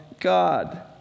God